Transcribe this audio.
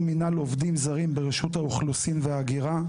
מנהל עובדים זרים ברשות האוכלוסין וההגירה.